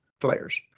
players